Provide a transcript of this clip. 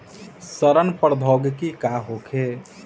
सड़न प्रधौगकी का होखे?